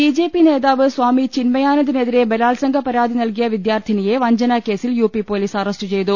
B J P നേതാവ് സ്വാമിചിന്മയാനന്ദിനെതിരെ ബലാത്സംഗ പരാതി നൽകിയ വിദ്യാർത്ഥിനിയെ വഞ്ചനാ കേസിൽ യു പി പൊലീസ് അറസ്റ്റു ചെയ്തു